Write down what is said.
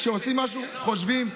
כשעושים משהו חושבים.